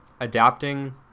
adapting